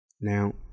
Now